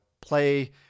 play